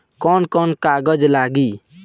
कौन कौन कागज लागी?